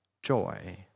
Joy